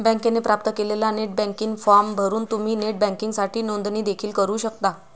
बँकेने प्राप्त केलेला नेट बँकिंग फॉर्म भरून तुम्ही नेट बँकिंगसाठी नोंदणी देखील करू शकता